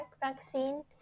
vaccine